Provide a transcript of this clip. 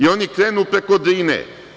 Oni krenu preko Drine.